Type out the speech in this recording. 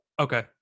Okay